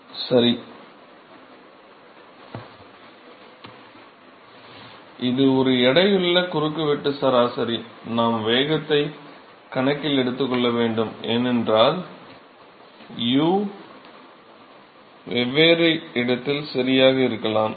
மாணவர் சரி இது ஒரு எடையுள்ள குறுக்கு வெட்டு சராசரி நாம் வேகத்தை கணக்கில் எடுத்துக்கொள்ள வேண்டும் ஏனென்றால் u வெவ்வேறு இடத்தில் சரியாக இருக்கலாம்